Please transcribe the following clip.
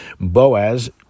Boaz